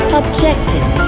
objective